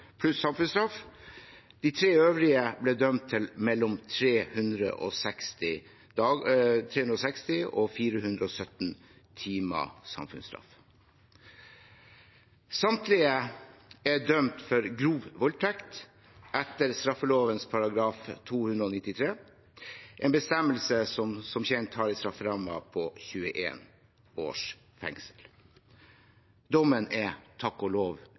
pluss samfunnsstraff. De tre øvrige ble dømt til mellom 360 og 417 timers samfunnsstraff. Samtlige er dømt for grov voldtekt etter straffeloven § 293 – en bestemmelse som, som kjent, har en strafferamme på 21 års fengsel. Dommen er – takk og lov